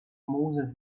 mosel